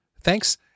Thanks